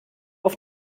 auf